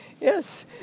Yes